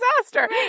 disaster